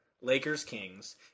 Lakers-Kings